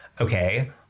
Okay